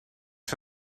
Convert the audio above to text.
for